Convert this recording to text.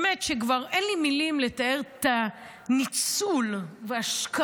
באמת שכבר אין לי מילים לתאר את הניצול והשקרים,